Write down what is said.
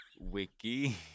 wiki